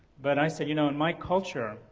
but i say, you know in my culture.